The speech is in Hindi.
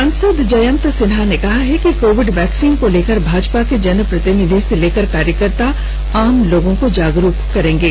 सांसद जयन्त सिन्हा ने कहा है कि कोविड वैक्सीन को लेकर भाजपा के जनप्रतिनिधि से लेकर कार्यकर्ता आम लोगों को जागरूक करेंगे